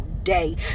day